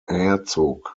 herzog